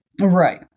Right